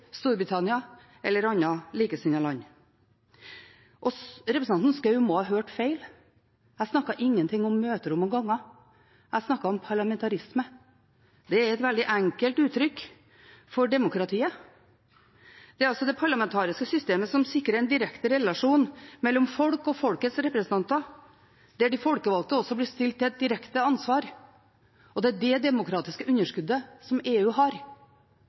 Storbritannia eller andre likesinnede land. Representanten Schou må ha hørt feil. Jeg snakket ingenting om møterom og ganger. Jeg snakket om parlamentarisme. Det er et veldig enkelt uttrykk for demokratiet. Det er altså det parlamentariske systemet som sikrer en direkte relasjon mellom folk og folkets representanter, der de folkevalgte også blir stilt til et direkte ansvar. Det er det demokratiske underskuddet som EU har.